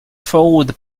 followed